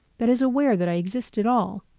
that is aware that i exist at all.